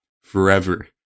forever